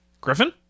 griffin